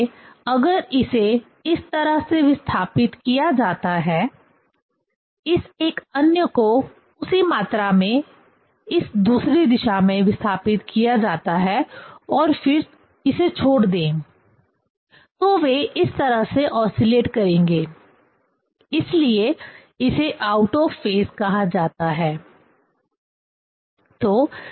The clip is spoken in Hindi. इसलिए अगर इसे इस तरह से विस्थापित किया जाता है इस एक अन्य को उसी मात्रा से इस दूसरी दिशा में विस्थापित किया जाता है और फिर इसे छोड़ दें तो वे इस तरह से ओसीलेट करेंगे इसलिए इसे आउट ऑफ फेज कहा जाता है